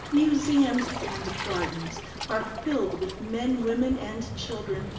museums, and gardens are filled with men, women, and children,